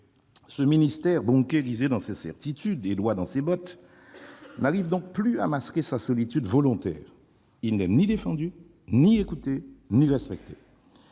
Ce ministère, bunkerisé dans ses certitudes et droit dans ses bottes, n'arrive donc plus à masquer sa solitude volontaire. Il n'est ni défendu, ni écouté, ni respecté.